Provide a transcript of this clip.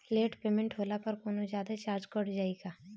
Late payment होला पर कौनोजादे चार्ज कट जायी का?